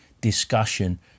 discussion